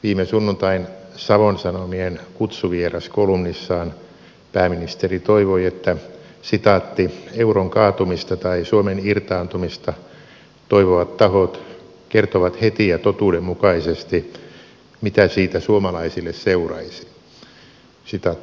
viime sunnuntain savon sanomien kutsuvieras kolumnissaan pääministeri toivoi että euron kaatumista tai suomen irtaantumista toivovat tahot kertovat heti ja totuudenmukaisesti mitä siitä suomalaisille seuraisi